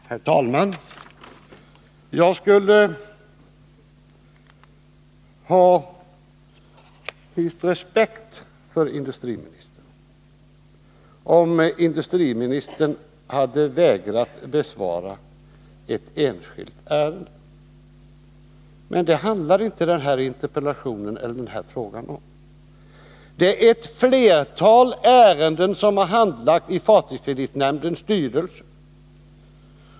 Herr talman! Jag skulle ha hyst respekt för industriministern, om han hade vägrat besvara en interpellation om ett enskilt ärende. Men det handlar inte den här interpellationen om. Ett flertal ärenden har handlagts i fartygskreditnämndens styrelse.